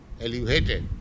elevated